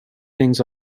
things